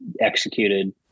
executed